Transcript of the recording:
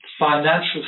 financial